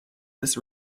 this